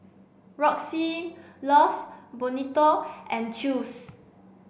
Roxy Love Bonito and Chew's